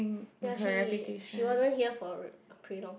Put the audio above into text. ya she she wasn't here for pretty long